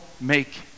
make